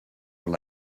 were